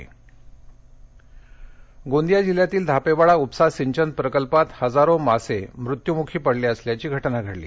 मासेः गोंदिया जिल्ह्यातील धापेवाडा उपसा सिंचन प्रकल्पात हजारो मासे मृत्यूमुखी पडले असल्याची घटना घडली